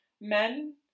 men